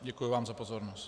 Děkuju vám za pozornost.